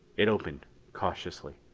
it opened cautiously.